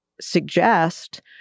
suggest